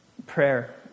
Prayer